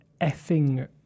effing